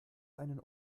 einen